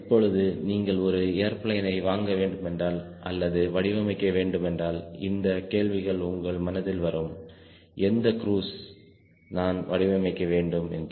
இப்பொழுது நீங்கள் ஒரு ஏர்பிளேனை வாங்க வேண்டுமென்றால் அல்லது வடிவமைக்க வேண்டும் என்றால் இந்த கேள்விகள் உங்கள் மனதிலும் வரும் எந்த குருஸில் நான் வடிவமைக்க வேண்டும் என்று